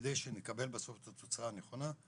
כדי שנקבל בסוף את התוצאה הנכונה?